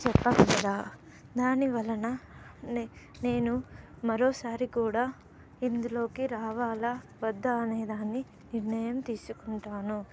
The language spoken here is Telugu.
చెప్పగలరా దాని వలన నే నేను మరొకసారి కూడా ఇందులోకి రావాలా వద్ద అనే దాన్ని నిర్ణయం తీసుకుంటాను